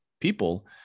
people